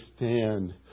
understand